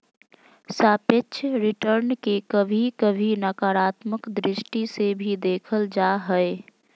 सापेक्ष रिटर्न के कभी कभी नकारात्मक दृष्टि से भी देखल जा हय